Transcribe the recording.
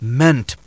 meant